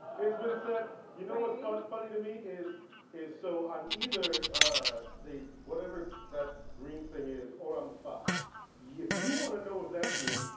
it's been said. you know what's funny to me is is so i'm either ah the whatever that green thing is or i'm the fox. if you want to know if that's me,